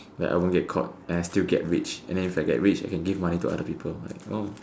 like I won't get caught and I still get rich and if I get rich I can give money to other people like